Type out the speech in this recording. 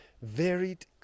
varied